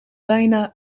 bijna